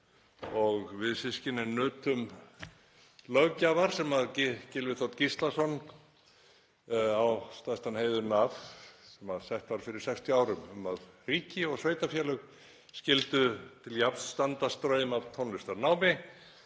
og við systkinin nutum löggjafar sem Gylfi Þ. Gíslason á stærstan heiðurinn af og sett var fyrir 60 árum, um að ríki og sveitarfélög skyldu til jafns standa straum af tónlistarnámi